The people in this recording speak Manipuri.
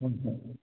ꯍꯣꯏ ꯍꯣꯏ